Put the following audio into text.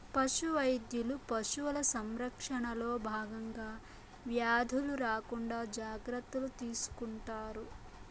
పశు వైద్యులు పశువుల సంరక్షణలో భాగంగా వ్యాధులు రాకుండా జాగ్రత్తలు తీసుకుంటారు